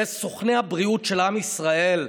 אלה סוכני הבריאות של עם ישראל,